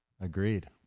Agreed